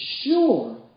Sure